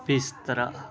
ਬਿਸਤਰਾ